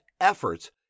efforts